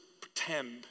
pretend